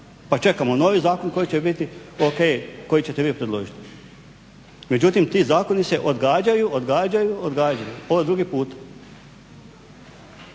Pa čekamo novi zakon koji će biti ok, koji ćete vi predložiti. Međutim, ti zakoni se odgađaju, odgađaju, odgađaju. Ovo je drugi puta.